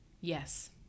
Yes